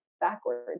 backwards